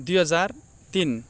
दुई हजार तिन